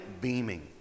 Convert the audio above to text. beaming